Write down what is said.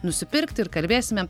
nusipirkti ir kalbėsime